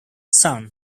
son